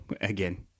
again